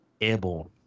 Airborne